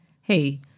hey